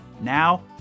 Now